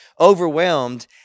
Overwhelmed